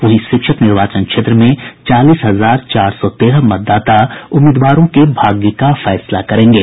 वहीं शिक्षक निर्वाचन क्षेत्र में चालीस हजार चार सौ तेरह मतदाता उम्मीदवारों के भाग्य का फैसला करेंगे